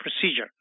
procedure